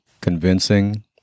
convincing